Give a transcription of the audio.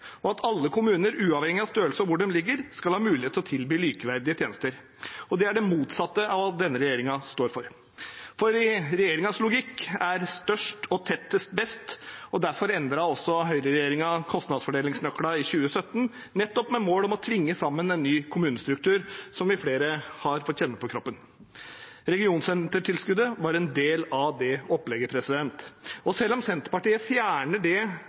og at alle kommuner, uavhengig av størrelse og hvor de ligger, skal ha mulighet til å tilby likeverdige tjenester. Det er det motsatte av det denne regjeringen står for. I regjeringens logikk er størst og tettest best. Derfor endret høyreregjeringen kostnadsfordelingsnøklene i 2017, med mål om å tvinge sammen en ny kommunestruktur, noe flere har fått kjenne på kroppen. Regionsentertilskuddet var en del av det opplegget. Selv om Senterpartiet fjerner det